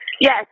Yes